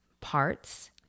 parts